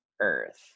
earth